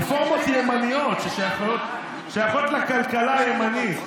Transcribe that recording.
רפורמות ימניות ששייכות לכלכלה הימנית,